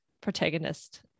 protagonist